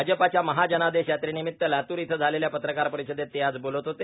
भाजपच्या महाजनादेश यात्रेनिमित्त लातूर इथं झालेल्या पत्रकार परिषदेत ते आज बोलत होते